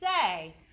say